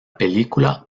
película